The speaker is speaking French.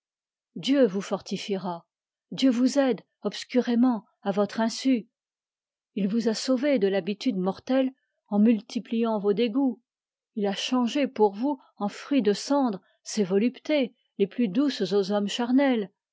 dieu vous fortifiera dieu vous aide obscurément à votre insu il vous a sauvé de l'habituelle mortelle en multipliant vos dégoûts il a changé pour vous en fruits de cendre ces voluptés les plus douces aux hommes charnels